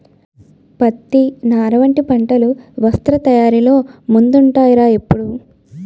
పత్తి, నార వంటి పంటలు వస్త్ర తయారీలో ముందుంటాయ్ రా ఎప్పుడూ